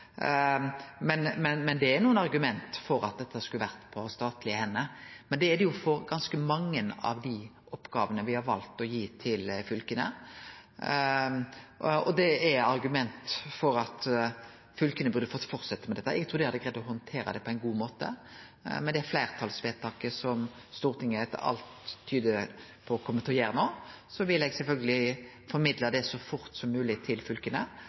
Det er nokre argument for at dette skulle vore på statlege hender, men det er det jo for ganske mange av dei oppgåvene me har valt å gi til fylka. Og det er argument for at fylka burde fått fortsetje med dette. Eg trur dei hadde greidd å handtere det på ein god måte. Det fleirtalsvedtaket som alt tyder på at Stortinget kjem til å gjere no, vil eg sjølvsagt formidle så fort som mogleg til fylka,